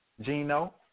Gino